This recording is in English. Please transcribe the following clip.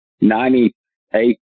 Ninety-eight